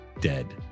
dead